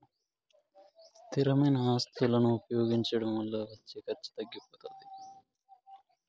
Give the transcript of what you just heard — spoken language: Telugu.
స్థిరమైన ఆస్తులను ఉపయోగించడం వల్ల వచ్చే ఖర్చు తగ్గిపోతాది